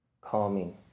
calming